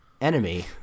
enemy